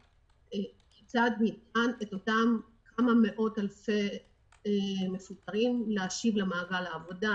כיצד ניתן את אותם כמה מאות אלפי מפוטרים להשיב למעגל העבודה.